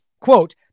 Quote